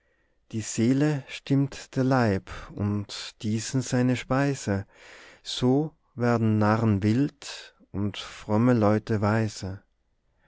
die seele stimmt der leib und diesen seine speise so werden narren wild und fromme leute